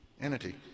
entity